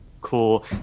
cool